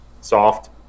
soft